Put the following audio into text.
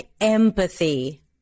empathy